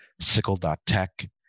sickle.tech